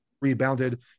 rebounded